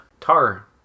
Tar